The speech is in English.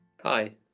hi